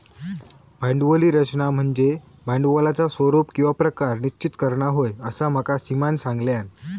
भांडवली रचना म्हनज्ये भांडवलाचा स्वरूप किंवा प्रकार निश्चित करना होय, असा माका सीमानं सांगल्यान